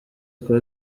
kuba